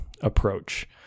approach